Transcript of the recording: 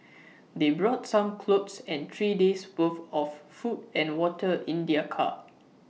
they brought some clothes and three days' worth of food and water in their car